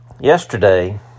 Yesterday